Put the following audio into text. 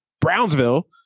Brownsville